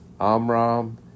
Amram